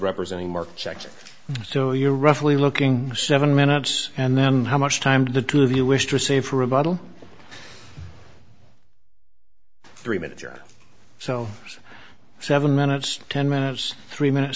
representing mark jackson so you're roughly looking seven minutes and then how much time do the two of you wish to see for a model three minute or so seven minutes ten minutes three minutes